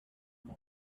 eine